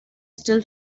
still